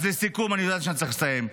אני יודע שאני צריך לסיים,